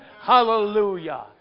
Hallelujah